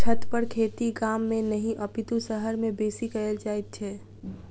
छतपर खेती गाम मे नहि अपितु शहर मे बेसी कयल जाइत छै